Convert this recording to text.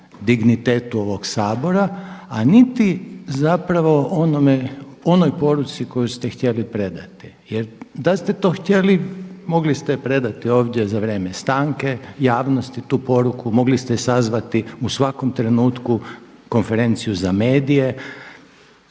dignitetu ovog Sabora, a niti zapravo onoj poruci koju ste htjeli predati. Jer da ste to htjeli mogli ste predati ovdje za vrijeme stanke javnosti tu poruku, mogli ste sazvati u svakom trenutku konferenciju za medije.